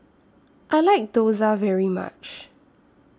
I like Dosa very much